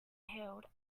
hailed